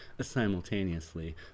simultaneously